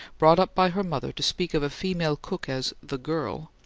brought up by her mother to speak of a female cook as the girl,